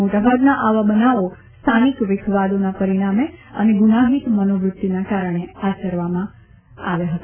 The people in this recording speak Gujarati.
મોટાભાગના આવા બનાવો સ્થાનિક વિખવાદોના પરિણામે અને ગુનાહિત મનોવૃત્તિના કારણે આચરવામાં આવ્યા હતા